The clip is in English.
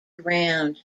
ground